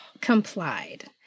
complied